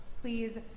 please